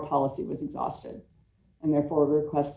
policy was exhausted and therefore request